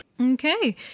Okay